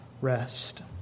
rest